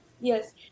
Yes